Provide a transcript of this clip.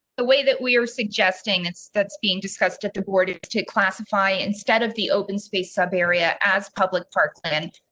the way that we are suggesting that's that's being discussed at the board to classify instead of the open space sub area as public parkland,